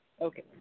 okay